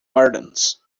wardens